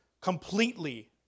completely